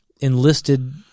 enlisted